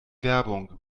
werbung